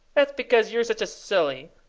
that's because you're such a silly.